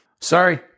Sorry